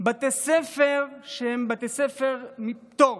בתי ספר שהם מוסדות פטור